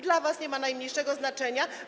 Dla was nie ma to najmniejszego znaczenia.